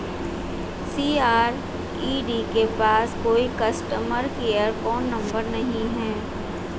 CRED के पास कोई कस्टमर केयर फोन नंबर नहीं है